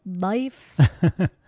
life